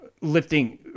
lifting